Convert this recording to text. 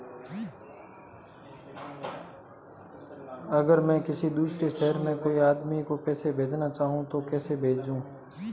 अगर मैं किसी दूसरे शहर में कोई आदमी को पैसे भेजना चाहूँ तो कैसे भेजूँ?